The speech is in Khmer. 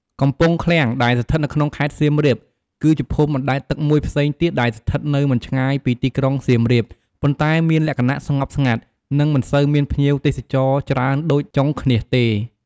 កំពង់ឃ្លាំង ដែលស្ថិតនៅក្នុង ខេត្តសៀមរាប គឺជាភូមិបណ្ដែតទឹកមួយផ្សេងទៀតដែលស្ថិតនៅមិនឆ្ងាយពីទីក្រុងសៀមរាប ប៉ុន្តែមានលក្ខណៈស្ងប់ស្ងាត់ និងមិនសូវមានភ្ញៀវទេសចរច្រើនដូចចុងឃ្នាសទេ។